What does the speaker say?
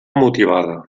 motivada